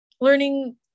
learning